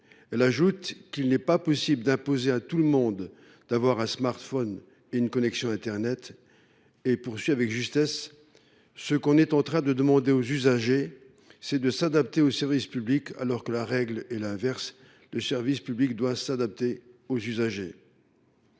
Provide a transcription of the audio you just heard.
»:« Il n’est pas possible d’imposer à tout le monde d’avoir un smartphone et une connexion internet. » Elle poursuit avec justesse :« Ce qu’on est en train de demander aux usagers, c’est de s’adapter aux services publics alors que la règle est l’inverse : le service public doit s’adapter aux usagers.